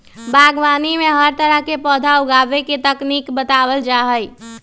बागवानी में हर तरह के पौधा उगावे के तकनीक बतावल जा हई